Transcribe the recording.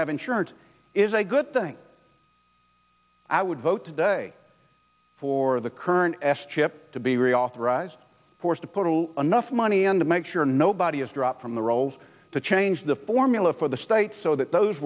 have insurance is a good thing i would vote today for the current s chip to be reauthorized forced to put enough money on to make sure nobody is dropped from the rolls to change the formula for the state so th